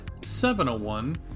701